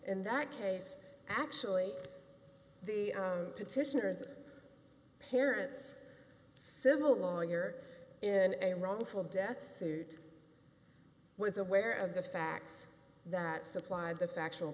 in that case actually the petitioners parents civil lawyer and a wrongful death suit was aware of the facts that supplied the factual